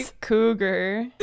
cougar